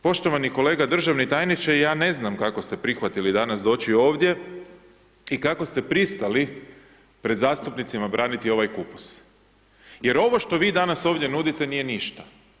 Poštovani kolega državni tajniče, ja ne znam kako ste prihvatili danas doći ovdje i kako ste pristali pred zastupnicima braniti ovaj kupus jer ovo što vi danas ovdje nudite, nije ništa.